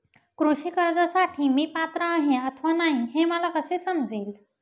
कृषी कर्जासाठी मी पात्र आहे अथवा नाही, हे मला कसे समजेल?